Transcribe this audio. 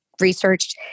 researched